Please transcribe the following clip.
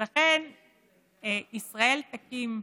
ולכן ישראל תקים,